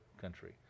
country